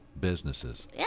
businesses